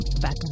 back